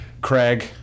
Craig